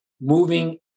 moving